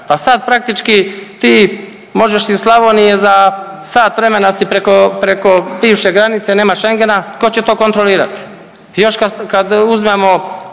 a sad praktički ti možeš iz Slavonije za sat vremena si preko, preko bivše granice, nema Schengena, tko će to kontrolirati? Još kad uzmemo